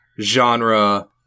genre